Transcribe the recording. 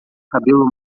cabelo